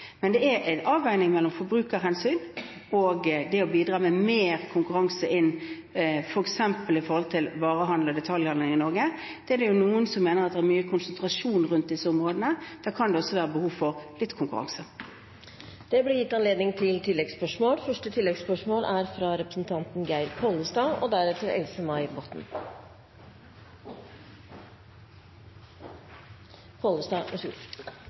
Det er en avveining mellom forbrukerhensyn og det å bidra til mer konkurranse, f.eks. når det gjelder varehandelen og detaljhandelen i Norge. Det er jo noen som mener at det er mye konsentrasjon rundt disse områdene – da kan det være behov for litt konkurranse. Det blir gitt anledning til oppfølgingsspørsmål – først Geir Pollestad. Jeg synes statsministeren tar svært lett på norske arbeidsplasser, og